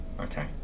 Okay